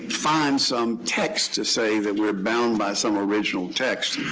find some text to say that we're bound by some original text.